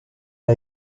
l’a